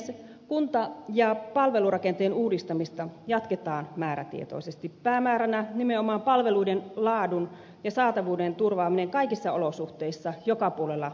kunta ja palvelurakenteen uudistamista jatketaan määrätietoisesti päämääränä nimenomaan palveluiden laadun ja saatavuuden turvaaminen kaikissa olosuhteissa joka puolella maatamme